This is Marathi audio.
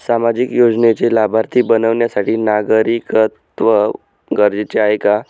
सामाजिक योजनेचे लाभार्थी बनण्यासाठी नागरिकत्व गरजेचे आहे का?